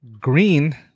Green